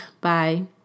Bye